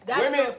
women